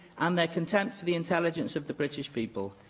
um their contempt for the intelligence of the british people.